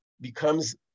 becomes